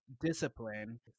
discipline